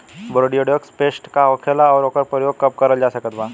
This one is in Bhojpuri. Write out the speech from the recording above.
बोरडिओक्स पेस्ट का होखेला और ओकर प्रयोग कब करल जा सकत बा?